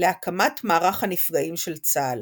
להקמת מערך הנפגעים של צה"ל.